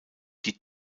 die